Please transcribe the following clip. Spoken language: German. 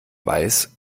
weiß